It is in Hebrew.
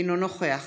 אינו נוכח